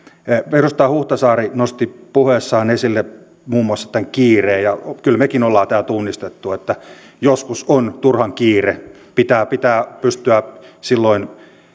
edustaja huhtasaari nosti puheessaan esille muun muassa kiireen ja kyllä mekin olemme tämän tunnistaneet että joskus on turhan kiire pitää pitää pystyä silloin